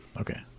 Okay